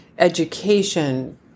education